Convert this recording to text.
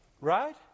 Right